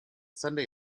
sunday